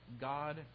God